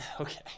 Okay